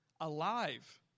alive